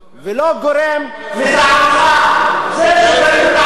אתה אומר את זה גם על דוח טליה ששון,